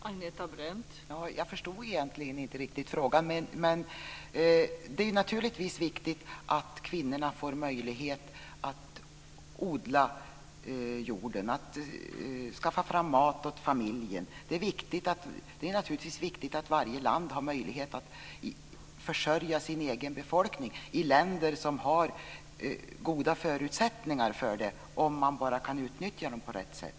Fru talman! Jag förstod egentligen inte riktigt frågan. Det är naturligtvis viktigt att kvinnorna får möjlighet att odla jorden, att skaffa fram mat åt familjen. Det är naturligtvis viktigt att varje land har möjlighet att försörja sin befolkning. Det är viktigt i länder som har goda förutsättningar för det om man bara kan utnyttja dem på rätt sätt.